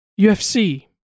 UFC